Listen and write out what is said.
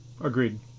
Agreed